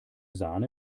sahne